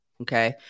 okay